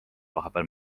vahepeal